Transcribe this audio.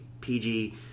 PG